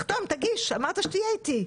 אמרת שתהיה איתי.